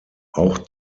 auch